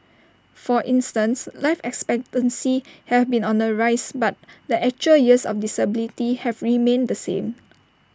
for instance life expectancy have been on the rise but the actual years of disability have remained the same